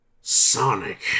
Sonic